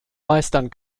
meistern